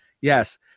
yes